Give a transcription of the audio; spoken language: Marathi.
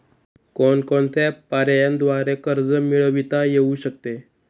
कोणकोणत्या पर्यायांद्वारे कर्ज मिळविता येऊ शकते?